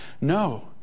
No